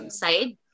side